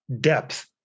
depth